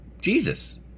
Jesus